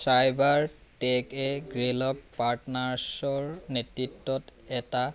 cyber tech এ Greylock পাৰ্টনাৰ্ছৰ নেতৃত্বত এটা